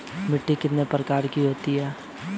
मिट्टी कितने प्रकार की होती हैं?